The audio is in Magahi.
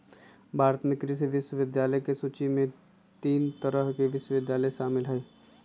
भारत में कृषि विश्वविद्यालय के सूची में तीन तरह के विश्वविद्यालय शामिल हई